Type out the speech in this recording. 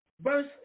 Verse